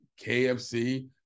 KFC